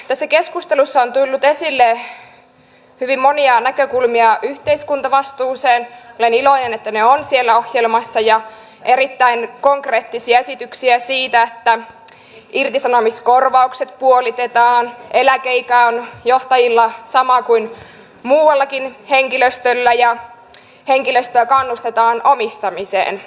tässä keskustelussa on tullut esille hyvin monia näkökulmia yhteiskuntavastuuseen olen iloinen että ne ovat siellä ohjelmassa ja erittäin konkreettisia esityksiä siitä että irtisanomiskorvaukset puolitetaan eläkeikä on johtajilla sama kuin muullakin henkilöstöllä ja henkilöstöä kannustetaan omistamiseen